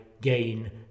gain